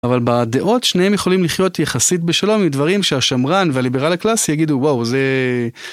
אבל בדעות שניהם יכולים לחיות יחסית בשלום עם דברים שהשמרן והליברל הקלאסי יגידו וואו זה.